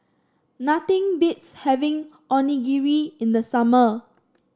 nothing beats having Onigiri in the summer